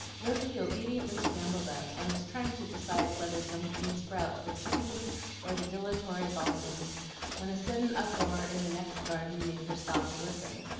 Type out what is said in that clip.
rosy obediently scrambled up, and was trying to decide whether some green sprouts were chickweed or the dilatory balsams when a sudden uproar in the next garden made her stop to listen,